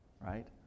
right